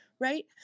Right